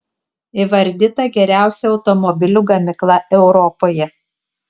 įvardyta geriausia automobilių gamykla europoje